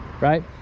right